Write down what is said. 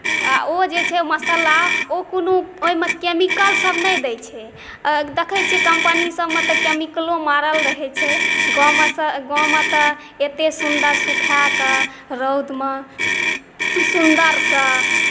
आ ओ जे छै मसाला ओ कोनो ओहिमे केमिकलसभ नहि दैत छै देखैत छी कम्पनीसभमे तऽ कैमिकलो मारल रहैत छै गाँवमे तऽ एतेक सुन्दर सुखाके रउदमे सुन्दरसँ